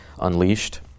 unleashed